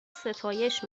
ستایش